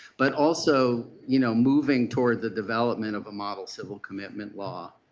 but also, you know moving toward the development of a model civil commitment law